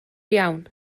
iawn